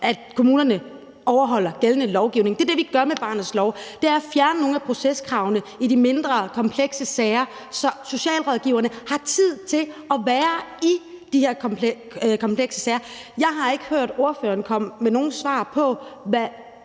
at kommunerne overholder gældende lovgivning, er det, vi gør med barnets lov. Det er at fjerne nogle af proceskravene i de mindre komplekse sager, så socialrådgiverne har tid til at være i de her komplekse sager. Jeg har ikke hørt ordføreren komme med nogen svar på, hvad